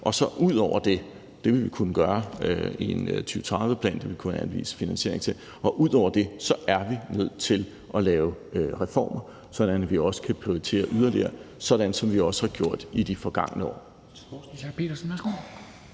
– og det vil vi kunne gøre i en 2030-plan, og det vil vi kunne anvise finansiering til – og at vi ud over det er nødt til at lave reformer, så vi også kan prioritere yderligere, som vi også har gjort i de forgangne år.